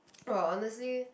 !wah! honestly